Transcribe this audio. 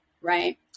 right